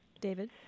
David